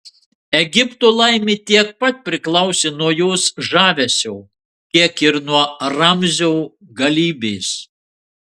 egipto laimė tiek pat priklausė nuo jos žavesio kiek ir nuo ramzio galybės